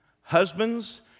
Husbands